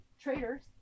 traitors